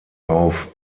auf